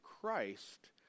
Christ